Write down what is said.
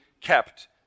kept